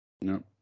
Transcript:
No